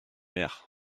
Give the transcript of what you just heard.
mère